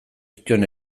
zituen